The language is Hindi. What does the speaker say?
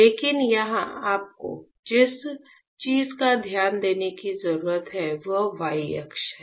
लेकिन यहां आपको जिस चीज पर ध्यान देने की जरूरत है वह y अक्ष है